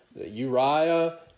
Uriah